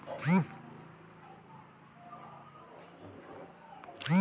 चाफा